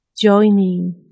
Joining